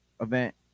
event